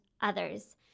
Others